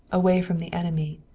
away from the enemy,